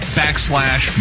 backslash